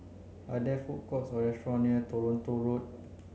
are there food courts or restaurant near Toronto Road